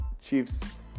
Chiefs